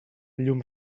llum